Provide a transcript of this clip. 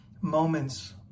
moments